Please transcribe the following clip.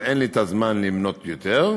אז אין לי הזמן למנות יותר,